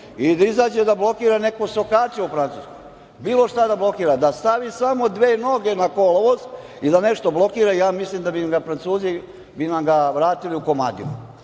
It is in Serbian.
i da izađe da blokira neko sokače u Francuskoj, bilo šta da blokira, da stavi samo dve noge na kolovoz i da nešto blokira, ja mislim da bi nam ga Francuzi vratili u komadima.